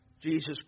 Jesus